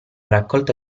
raccolta